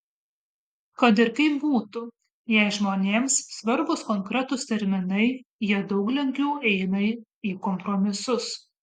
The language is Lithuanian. kad ir kaip būtų jei žmonėms svarbūs konkretūs terminai jie daug lengviau eina į kompromisus